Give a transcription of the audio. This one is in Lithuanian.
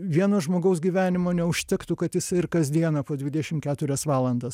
vieno žmogaus gyvenimo neužtektų kad jis ir kasdieną po dvidešim keturias valandas